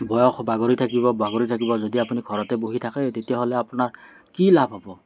বয়স বাগৰি থাকিব বাগৰি থাকিব যদি আপুনি ঘৰতে বহি থাকে তেতিয়াহ'লে আপোনাৰ কি লাভ হ'ব